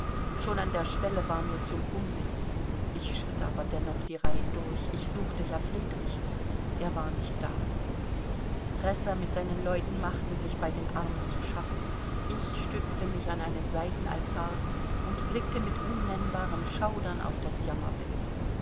schon an der schwelle war mir zum umsinken ich schritt aber dennoch die reihen durch ich suchte ja friedrich er war nicht da bresser mit seinen leuten machten sich bei den armen zu schaffen ich stützte mich an ein seitenaltar und blickte mit unnennbarem schaudern auf das jammerbild